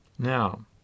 Now